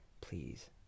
Please